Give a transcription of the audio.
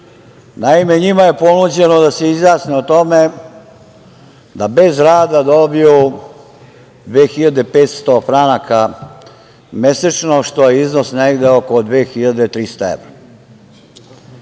Naime, njima je ponuđeno da se izjasne o tome da bez rada dobiju 2500 franaka mesečno, što je iznos negde oko 2300 evra.